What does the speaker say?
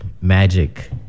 magic